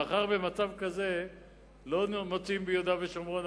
מאחר שמצב כזה עדיין לא מוצאים ביהודה ושומרון,